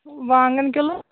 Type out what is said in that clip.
وانٛگَن کِلوٗ